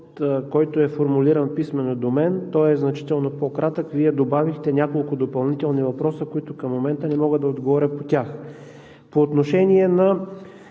който е формулиран писмено до мен. Той е значително по-кратък. Вие добавихте и няколко допълнителни въпроса, на които към момента не мога да отговоря. По отношение на